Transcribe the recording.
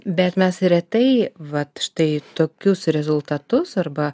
bet mes retai vat štai tokius rezultatus arba